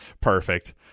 Perfect